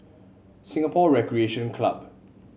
Singapore Recreation Club